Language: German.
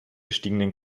gestiegenen